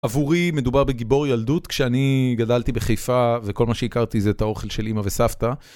עבורי מדובר בגיבור ילדות, כשאני גדלתי בחיפה וכל מה שהכרתי זה את האוכל של אמא וסבתא.